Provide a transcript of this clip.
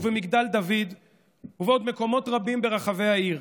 ובמגדל דוד ובעוד מקומות רבים ברחבי העיר.